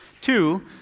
Two